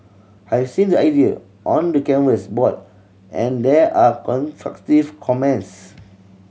I've seen the idea on the canvas board and there are constructive comments